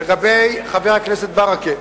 לגבי חבר הכנסת ברכה,